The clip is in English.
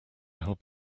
help